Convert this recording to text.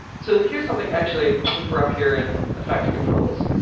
so here's something actually, since we're up here in effect, controls,